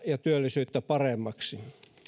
ja työllisyyttä paremmaksi